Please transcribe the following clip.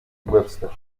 webster